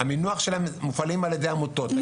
בתי ספר שמופעלים על ידי עמותות,